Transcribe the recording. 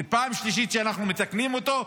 וזו הפעם השלישית שאנחנו מתקנים אותו.